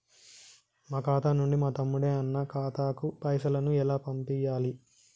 మా ఖాతా నుంచి మా తమ్ముని, అన్న ఖాతాకు పైసలను ఎలా పంపియ్యాలి?